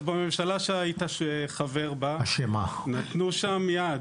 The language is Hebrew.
אז בממשלה שהיית חבר בה נתנו יד,